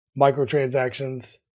microtransactions